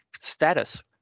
status